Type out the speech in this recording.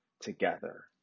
together